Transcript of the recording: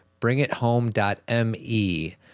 bringithome.me